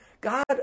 God